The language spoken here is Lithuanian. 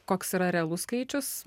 koks yra realus skaičius